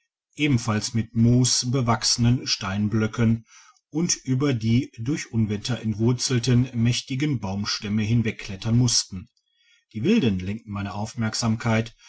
ebenfalls mit moos bewachsenen stein blocken und über die durch unwetter entwurzelten mächtigen baumstämme hinwegklettern mussten die wilden lenkten meine aufmerksamkeit